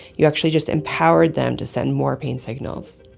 you actually just empowered them to send more pain signals